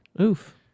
Oof